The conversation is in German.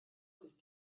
sich